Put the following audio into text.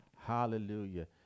hallelujah